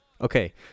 Okay